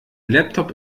laptop